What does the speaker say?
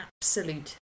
absolute